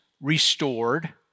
restored